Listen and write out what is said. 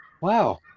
wow